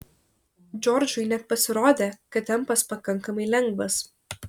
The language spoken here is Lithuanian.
džordžui net pasirodė kad tempas pakankamai lengvas